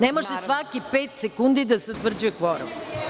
Ne može svakih pet sekundi da se utvrđuje kvorum.